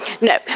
No